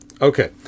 Okay